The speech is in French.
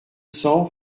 cents